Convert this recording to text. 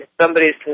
somebody's